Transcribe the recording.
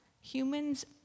humans